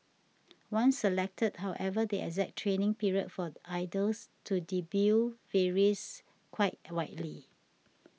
once selected however the exact training period for idols to debut varies quite widely